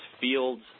fields